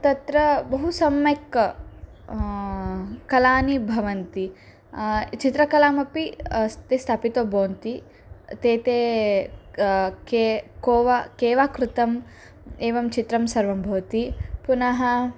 तत्र बहु सम्यक् कलाः भवन्ति चित्रकलामपि ते स्थापितो भवन्ति ते ते क के कोवा केव कृतम् एवं चित्रं सर्वं भवति पुनः